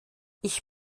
ich